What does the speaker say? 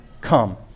come